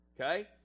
Okay